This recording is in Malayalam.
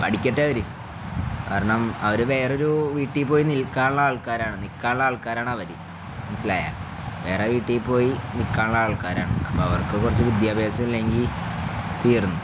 പഠിക്കട്ടവര് കാരണം അവര് വേറൊരു വീട്ടി പോയി നിൽക്കാനുള്ള ആൾക്കാരാണ് നിക്കാനുള്ള ആൾക്കാരാണ് അവര് മനസിലായ വേറെ വീട്ടി പോയി നിക്കാനുള്ള ആൾക്കാരാണ് അപ്പ അവർക്ക് കൊറച്ച് വിദ്യാഭ്യാസം ഇല്ലെങ്കി തീർന്ന